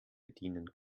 bedienen